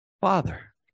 Father